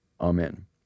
Amen